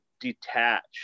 detached